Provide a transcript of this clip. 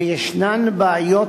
וישנן בעיות